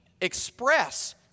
express